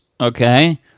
Okay